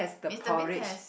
Mister Bean has